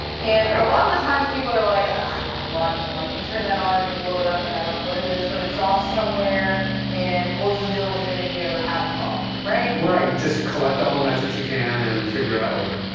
and a lot of the times people are like ugh, ah god, logging, like you turn that on and blow it up and i don't know what it is, but it's off somewhere and we'll just deal with it if we ever have a problem, right? right, you just collect all the metrics you can, and figure it out later.